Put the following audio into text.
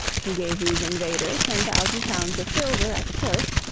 he gave these invaders ten thousand pounds of silver at the first,